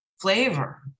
flavor